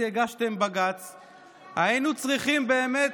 בבקשה, אדוני.